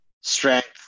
strength